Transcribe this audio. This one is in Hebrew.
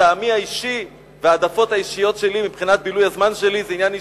טעמי האישי וההעדפות האישיות שלי מבחינת בילוי הזמן שלי זה עניין אישי.